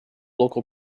local